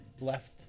left